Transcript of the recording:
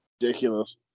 Ridiculous